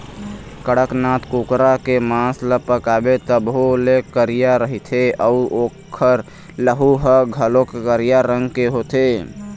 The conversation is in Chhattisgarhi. कड़कनाथ कुकरा के मांस ल पकाबे तभो ले करिया रहिथे अउ ओखर लहू ह घलोक करिया रंग के होथे